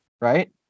right